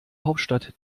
hauptstadt